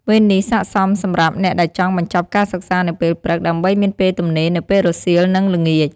វេននេះស័ក្តិសមសម្រាប់អ្នកដែលចង់បញ្ចប់ការសិក្សានៅពេលព្រឹក ដើម្បីមានពេលទំនេរនៅពេលរសៀល និងល្ងាច។